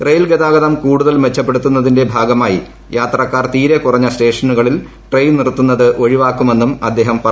rail ഗതാഗതം കൂടുതൽ മെച്ചപ്പെടുത്തുന്നതിന്റെ ഭാഗമായി യാത്രക്കാർ തീരെ കുറഞ്ഞ സ്റ്റേഷനുകളിൽ ട്രെയിൻ നിറുത്തുന്നത് ഒഴിവാക്കുമെന്നും അദ്ദേഹം പറഞ്ഞു